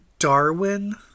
Darwin